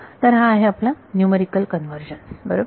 तर हा आहे आपला न्यूमरिकल कन्वर्जन्स बरोबर